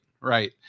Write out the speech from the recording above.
right